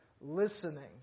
Listening